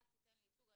אל תיתן לי ייצוג,